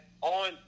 On